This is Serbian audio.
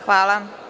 Hvala.